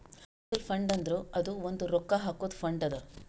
mutual fund ಅಂದುರ್ ಅದು ಒಂದ್ ರೊಕ್ಕಾ ಹಾಕಾದು ಫಂಡ್ ಅದಾ